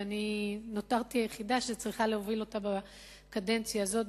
ואני נותרתי היחידה שצריכה להוביל אותה בקדנציה הזאת,